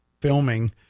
filming